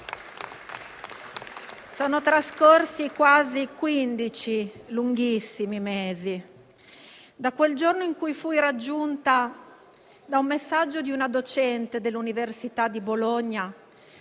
Sono trascorsi quasi quindici lunghissimi mesi dal giorno in cui fui raggiunta dal messaggio di una docente dell'Università di Bologna